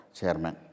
chairman